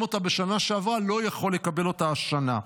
אותה בשנה שעברה לא יכול לקבל אותה השנה.